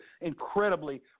incredibly